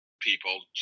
people